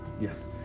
Yes